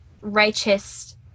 righteous